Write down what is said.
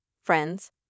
friends